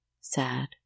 Sad